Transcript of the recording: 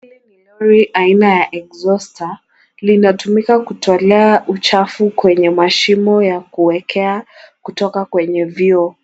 Hii ni lori aina ya exhuaster , linatumika kutoa uchafua kwenye mashimo ya kuwekea kutoka kwenye vyoo.